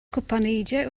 gwpaneidiau